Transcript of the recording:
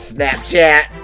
Snapchat